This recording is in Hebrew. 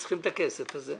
הם צריכים את הכסף הזה,